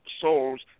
souls